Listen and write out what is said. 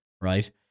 right